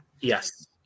Yes